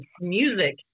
music